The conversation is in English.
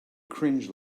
cringe